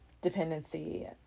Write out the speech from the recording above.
dependency